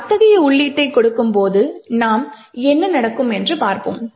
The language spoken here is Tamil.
எனவே அத்தகைய உள்ளீட்டைக் கொடுக்கும்போது என்ன நடக்கும் என்று பார்ப்போம்